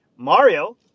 mario